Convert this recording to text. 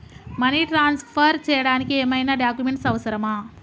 Money transfer చేయడానికి ఏమైనా documents అవసరమా?